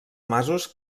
masos